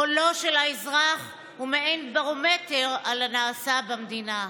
קולו של האזרח הוא מעין ברומטר על הנעשה במדינה.